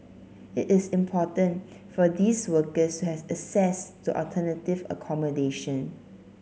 it is important for these workers have access to alternative accommodation